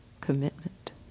commitment